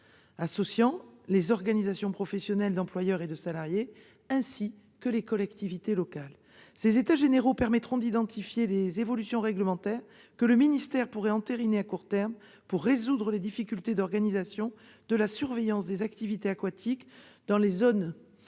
associant les organisations professionnelles d'employeurs et de salariés ainsi que les collectivités locales. Ces états généraux permettront d'identifier les évolutions réglementaires que le ministère pourrait entériner à court terme pour résoudre les difficultés d'organisation de la surveillance des activités aquatiques dans les zones